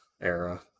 era